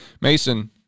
Mason